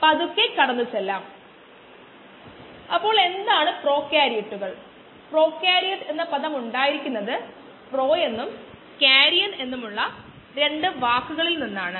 അതോടൊപ്പം അത് മുന്നോട്ട് കൊണ്ടുപോകരുതെന്നും നമ്മൾ പറഞ്ഞു